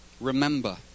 remember